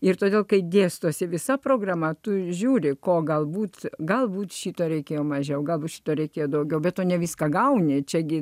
ir todėl kai dėstosi visa programa tu žiūri ko galbūt galbūt šito reikėjo mažiau gabūs šito reikėjo daugiau bet tu ne viską gauni čiagi